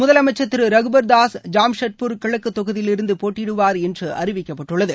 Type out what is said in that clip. முதலமைச்சர் திரு ரகுபர் தாஸ் ஜம்ஷெட்பூர் கிழக்கு தொகுதியிலிருந்து போட்டியிடுவார் என்று அறிவிக்கப்பட்டுள்ளது